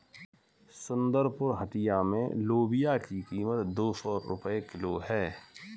सुंदरपुर हटिया में लोबिया की कीमत दो सौ रुपए किलो है